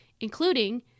including